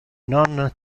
non